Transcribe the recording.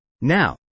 Now